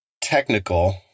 technical